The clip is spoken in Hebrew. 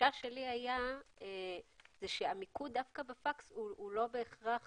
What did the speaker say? שהחשש שלי היה שהמיקוד דווקא בפקס הוא לא בהכרח